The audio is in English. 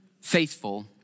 faithful